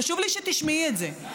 חשוב לי שתשמעי את זה,